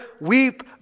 weep